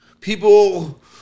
people